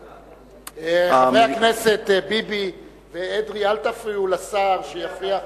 חברי הכנסת ביבי ואדרי, אל תפריעו לשר שיפריע,